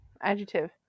Adjective